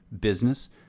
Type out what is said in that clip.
business